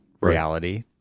reality